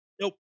Nope